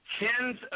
tens